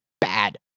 bad